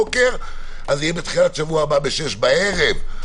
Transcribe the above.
אלא בתחילת שבוע הבא ב-18:00 ערב.